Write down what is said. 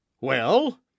Well